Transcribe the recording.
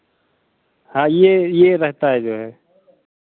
हाँ ये ये रहता है जो है